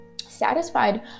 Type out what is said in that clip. satisfied